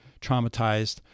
traumatized